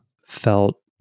felt